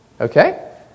okay